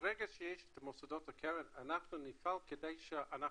ברגע שיש את מוסדות הקרן אנחנו נפעל כדי שאנחנו